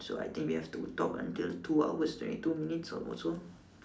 so I think they have to talk until two hours twenty two minutes or so